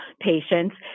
patients